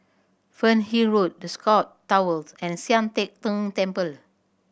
Fernhill Road The Scott Towers and Sian Teck Tng Temple